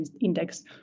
Index